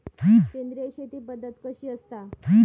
सेंद्रिय शेती पद्धत कशी असता?